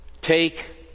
Take